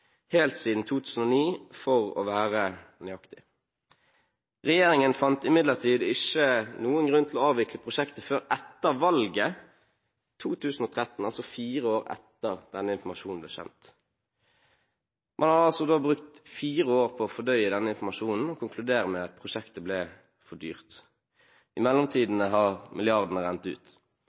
helt siden 2009 for å være nøyaktig. Regjeringen fant imidlertid ikke noen grunn til å avvikle prosjektet før etter valget 2013 – fire år etter denne informasjonen ble kjent. Man har da brukt fire år på å fordøye denne informasjonen, og konkluderer med at prosjektet ble for dyrt. I mellomtiden har milliardene rent ut.